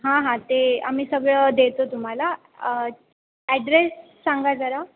हां हां ते आम्ही सगळं देतो तुम्हाला ॲड्रेस सांगा जरा